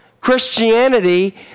Christianity